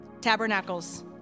Tabernacles